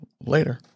later